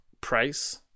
price